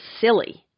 silly